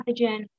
pathogen